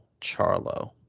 Charlo